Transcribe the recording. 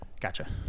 Gotcha